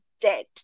dead